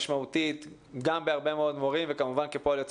משמעותית גם בהרבה מאוד מורים וכמובן כפועל יוצא